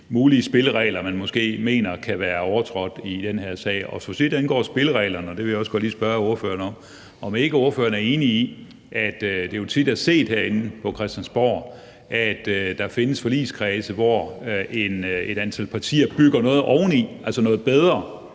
mulige spilleregler, som man måske mener kan være overtrådt i den her sag. For så vidt angår spillereglerne, vil jeg også godt lige spørge ordføreren, om ikke ordføreren er enig i, at det jo tit er set herinde på Christiansborg, at der findes forligskredse, hvor et antal partier bygger noget oveni, altså noget bedre,